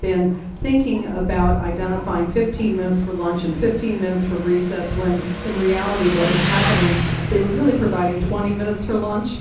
been thinking about identifying fifteen minutes for lunch and fifteen minutes for recess when in reality what was happening with they were really providing twenty minutes for lunch,